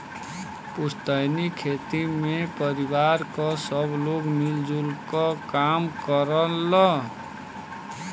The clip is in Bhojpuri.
पुस्तैनी खेती में परिवार क सब लोग मिल जुल क काम करलन